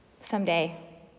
Someday